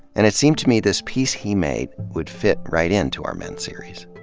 and it seemed to me this piece he made would fit right in to our men series.